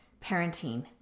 parenting